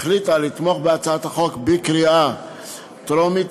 החליטה לתמוך בהצעת החוק בקריאה טרומית,